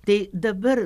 tai dabar